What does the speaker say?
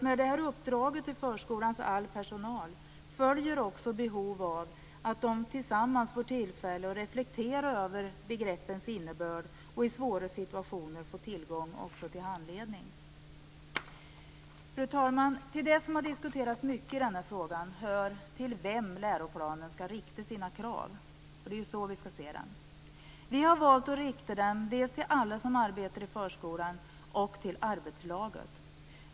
Med det här uppdraget till all förskolans personal följer också behovet av att de anställda tillsammans får tillfälle att reflektera över begreppens innebörd och i svåra situationer också få tillgång till handledning. Fru talman! Till det som har diskuterats mycket i denna fråga hör till vem läroplanen skall rikta sina krav. Det är ju så vi skall se den. Vi har valt att rikta dem dels till alla som arbetar i förskolan, dels till arbetslaget.